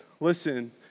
Listen